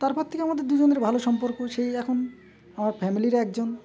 তারপর থেকে আমাদের দুজনের ভালো সম্পর্ক সেই এখন আমার ফ্যামিলির একজন